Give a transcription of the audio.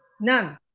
None